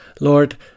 Lord